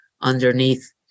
underneath